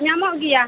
ᱧᱟᱢᱚᱜ ᱜᱮᱭᱟ